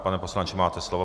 Pane poslanče, máte slovo.